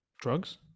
drugs